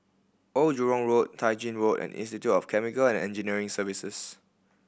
Old Jurong Road Tai Gin Road and Institute of Chemical and Engineering Services